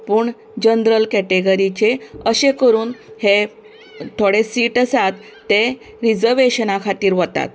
पूण जनरल कॅटेगरीचे अशें करून हे थोडे सिट आसात ते रिजर्वेशना खातीर वतात